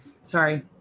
sorry